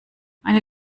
eine